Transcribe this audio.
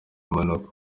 impanuka